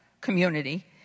community